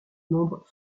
nombres